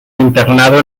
internado